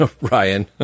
Ryan